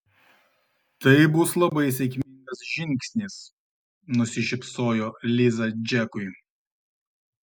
tai bus labai sėkmingas žingsnis nusišypsojo liza džekui